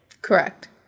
Correct